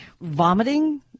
vomiting